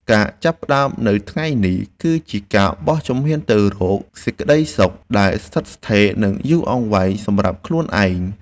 ការចាប់ផ្តើមនៅថ្ងៃនេះគឺជាការបោះជំហានទៅរកសេចក្តីសុខដែលស្ថិតស្ថេរ និង យូរអង្វែងសម្រាប់ខ្លួនឯង។